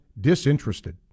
disinterested